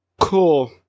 cool